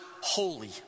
holy